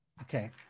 Okay